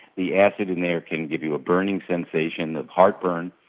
the acid in there can give you a burning sensation of heartburn,